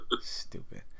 Stupid